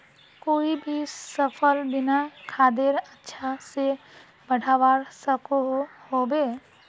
कोई भी सफल बिना खादेर अच्छा से बढ़वार सकोहो होबे?